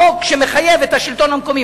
חוק שמחייב את השלטון המקומי,